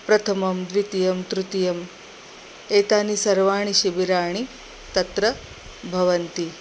प्रथमं द्वितीयं तृतीयम् एतानि सर्वाणि शिबिराणि तत्र भवन्ति